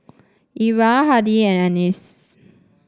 Era Hardy and Annis